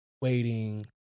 waiting